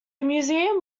museum